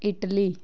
Italy